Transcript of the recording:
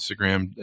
Instagram